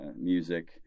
music